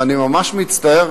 ואני ממש מצטער